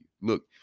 Look